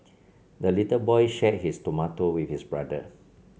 the little boy shared his tomato with his brother